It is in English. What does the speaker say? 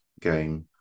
game